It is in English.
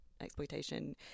exploitation